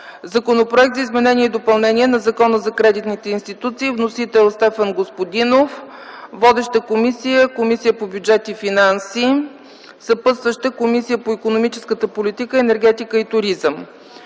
Законопроект за изменение и допълнение на Закона за кредитните институции. Вносител – Стефан Господинов. Водеща – Комисията по бюджет и финанси. Съпътстваща – Комисията по икономическата политика, енергетика и туризъм.